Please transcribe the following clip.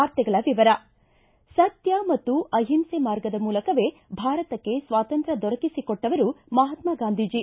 ವಾರ್ತೆಗಳ ವಿವರ ಸತ್ಯ ಮತ್ತು ಅಹಿಂಸೆ ಮಾರ್ಗದ ಮೂಲಕವೇ ಭಾರತಕ್ಕ ಸ್ವಾತಂತ್ರ್ಯ ದೊರಕಿಸಿ ಕೊಟ್ಟ ಮಹಾತ್ಮ ಗಾಂಧೀಜಿ